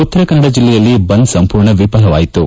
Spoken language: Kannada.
ಉತ್ತರ ಕನ್ನಡ ಜಿಲ್ಲೆಯಲ್ಲಿ ಬಂದ್ ಸಂಪೂರ್ಣ ವಿಫಲವಾಯಿತು